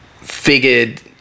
figured